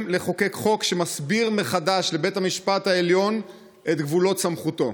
לחוקק חוק שמסביר מחדש לבית המשפט העליון את גבולות סמכותו.